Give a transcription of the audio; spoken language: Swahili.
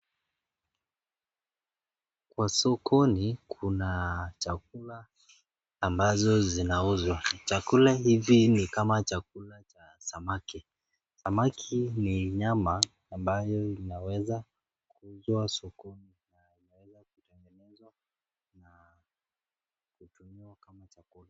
Kwa sokoni kuna chakula ambazo zinauzwa. Chakula hivi ni kama chakula cha samaki, samaki ni nyama ambayo inaweza kuuzwa sokoni na inaweza kutengenezwa na kutumiwa kama chakula.